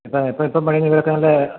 ഇപ്പം പണിയുന്നതിനൊക്കെ നല്ല